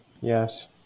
Yes